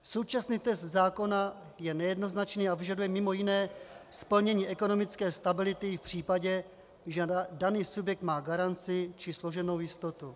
Současný text zákona je nejednoznačný a vyžaduje mj. splnění ekonomické stability i v případě, že daný subjekt má garanci či složenou jistotu.